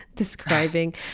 describing